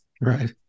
Right